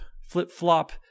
flip-flop